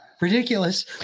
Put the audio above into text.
Ridiculous